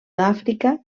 àfrica